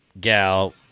gal